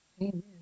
Amen